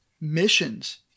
missions